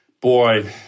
Boy